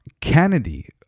Kennedy